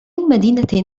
مدينة